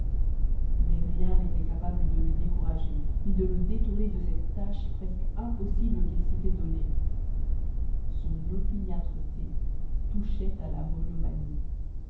mais rien n'était capable de le décourager ni de le détourner de cette tâche presque impossible qu'il s'était donnée son opiniâtreté touchait à la monomanie